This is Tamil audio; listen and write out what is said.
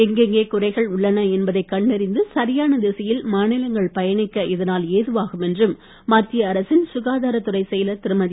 எங்கேங்கே குறைகள் உள்ளன என்பதை கண்டறிந்து சரியான திசையில் மாநிலங்கள் பயணிக்க இதனால் ஏதுவாகும் என்றும் மத்திய அரசின் சுகாதாரத்துறை செயலர் திருமதி